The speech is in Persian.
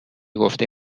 گفته